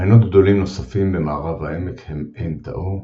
מעיינות גדולים נוספים במערב העמק הם עין תאו,